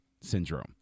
syndrome